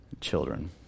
children